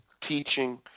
teaching